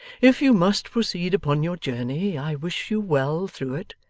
if you must proceed upon your journey, i wish you well through it,